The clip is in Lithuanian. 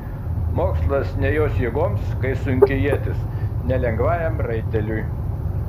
mokslas ne jos jėgoms kaip sunki ietis ne lengvajam raiteliui